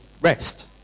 rest